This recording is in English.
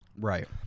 Right